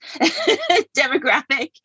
demographic